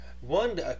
One